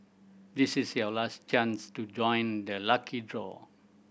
this is your last chance to join the lucky draw